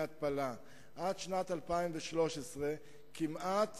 עד שנת 2013 כמעט